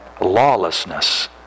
lawlessness